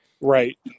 Right